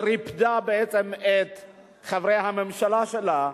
שריפדה את חברי הממשלה שלה,